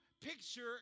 picture